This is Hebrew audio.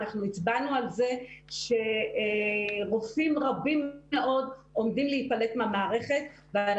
אנחנו הצבענו על כך שרופאים רבים מאוד עומדים להיפלט מהמערכת ועל